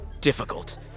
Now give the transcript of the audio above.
difficult